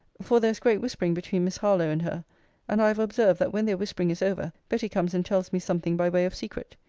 for there is great whispering between miss harlowe and her and i have observed that when their whispering is over, betty comes and tells me something by way of secret.